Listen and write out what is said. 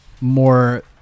more